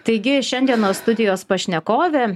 taigi šiandienos studijos pašnekovė